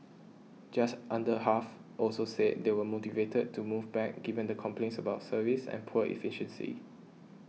just under half also said they were motivated to move back given the complaints about service and poor efficiency